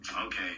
Okay